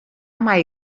mai